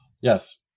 Yes